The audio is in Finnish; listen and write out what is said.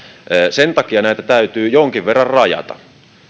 sen takia näitä täytyy jonkin verran rajata